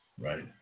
Right